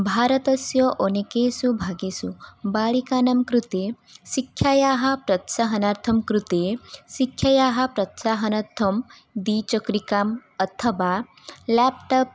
भारतस्य अनेकेषु भागेषु बालिकानां कृते शिक्षायाः प्रोत्साहनार्थं कृते शिक्षायाः प्रोत्साहनार्थं द्विचक्रिकाम् अथवा लेप्टाप्